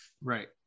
Right